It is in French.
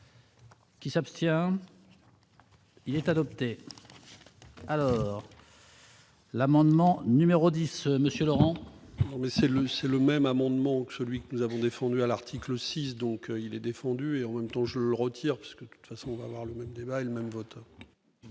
Qui s'abstient, il est adopté alors. L'amendement numéro 10, monsieur Laurent. Mais c'est le c'est le même amendement que celui que nous avons défendu à l'article 6 donc il est défendu et en même temps je retire parce que de toute façon va avoir le même débat le même vote.